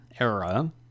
era